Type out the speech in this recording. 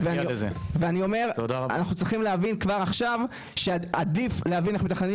אנחנו צריכים להבין כבר עכשיו איך אנחנו מתכננים